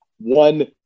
one